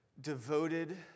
devoted